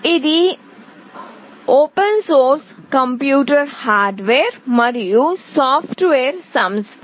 ఇది open source computer hardware మరియు software సంస్థ